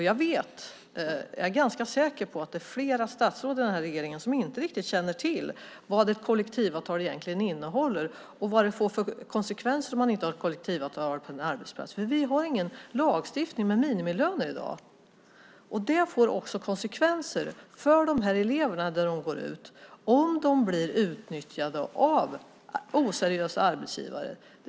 Jag är ganska säker på att det finns flera statsråd i den här regeringen som inte riktigt känner till vad ett kollektivavtal egentligen innehåller och vad det får för konsekvenser om man inte har ett kollektivavtal på en arbetsplats. Vi har ingen lagstiftning med minimilöner i dag. Det får också konsekvenser för de här eleverna om de blir utnyttjade av oseriösa arbetsgivare när de går ut skolan.